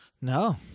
No